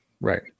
right